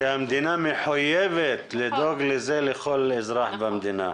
שהמדינה מחויבת לדאוג לזה לכל אזרח במדינה.